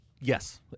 Yes